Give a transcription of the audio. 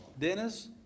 Dennis